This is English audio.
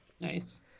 Nice